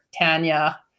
Tanya